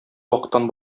вакыттан